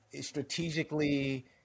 Strategically